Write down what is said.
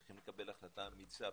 צריך לקבל החלטה אמיצה.